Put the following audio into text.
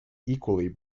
equally